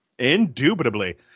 Indubitably